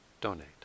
donate